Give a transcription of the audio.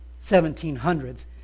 1700s